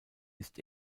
ist